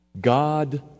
God